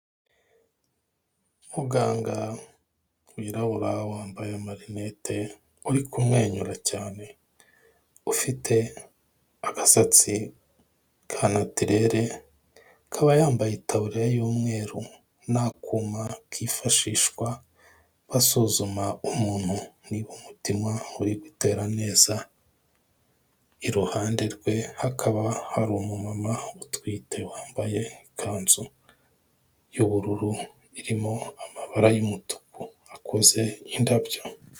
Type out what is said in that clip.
Muganga wirabura wambaye amarinete, uri kumwenyura cyane, ufite agasatsi ka natirere, akaba yambaye itaburiya y'umweru n'akuma kifashishwa basuzuma umuntu niba umutima uri gutera neza, iruhande rwe hakaba hari umumama utwite wambaye ikanzu y'ubururu, irimo amabara y'umutuku akoze indabyo.